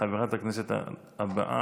חברת הכנסת הבאה,